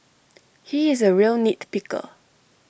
he is A real nit picker